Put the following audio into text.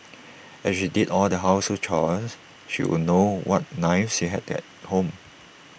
as she did all the household chores she would know what knives she had at home